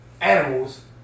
animals